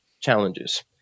challenges